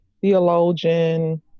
theologian